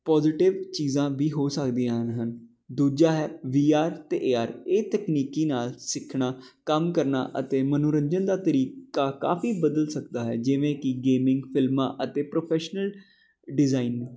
positive ਚੀਜ਼ਾਂ ਵੀ ਹੋ ਸਕਦੀਆਂ ਹੈ ਹਨ ਦੂਜਾ ਹੈ ਵੀ ਆਰ ਅਤੇ ਏ ਆਰ ਇਹ ਤਕਨੀਕੀ ਨਾਲ ਸਿੱਖਣਾ ਕੰਮ ਕਰਨਾ ਅਤੇ ਮਨੋਰੰਜਨ ਦਾ ਤਰੀਕਾ ਕਾਫ਼ੀ ਬਦਲ ਸਕਦਾ ਹੈ ਜਿਵੇਂ ਕਿ ਗੇਮਿੰਗ ਫ਼ਿਲਮਾਂ ਅਤੇ ਪ੍ਰੋਫੈਸ਼ਨਲ ਡਿਜ਼ਾਈਨ